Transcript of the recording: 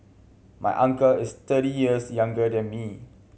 my uncle is thirty years younger than me